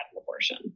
abortion